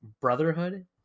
Brotherhood